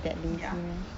ya